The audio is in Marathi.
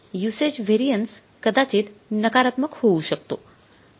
युसेज व्हेरिएन्स कदाचित नकारात्मक होऊ शकतो